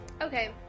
okay